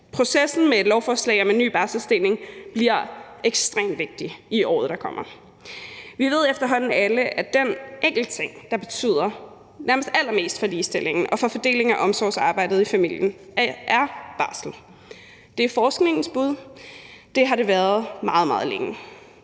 Processen med et lovforslag om en ny barselsdeling bliver ekstremt vigtigt i året, der kommer. Vi ved efterhånden alle, at den enkeltting, der betyder nærmest allermest for ligestillingen og for fordelingen af omsorgsarbejdet i familien, er barsel. Det er forskningens bud. Det har det været meget, meget